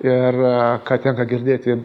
ir ką tenka girdėti